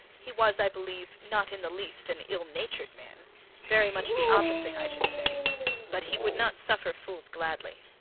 he was, i believe, not in the least an ill-natured man very much the opposite, i should say but he would not suffer fools gladly.